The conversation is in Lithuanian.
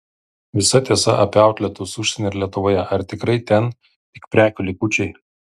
visa tiesa apie outletus užsienyje ir lietuvoje ar tikrai ten tik prekių likučiai